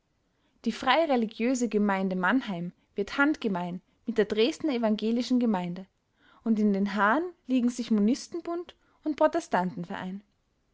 die freireligiöse gemeinde mannheim wird handgemein mit der dresdner evangelischen gemeinde und in den haaren liegen sich monistenbund und